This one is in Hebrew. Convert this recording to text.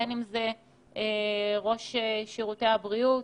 בין אם זה ראש שירותי הבריאות,